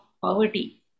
poverty